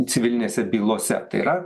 civilinėse bylose tai yra